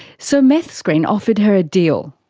so meth screen offered her a deal.